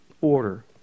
Order